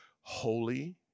holy